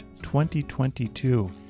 2022